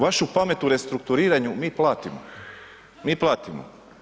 Vašu pamet u restrukturiranju mi platimo, mi platimo.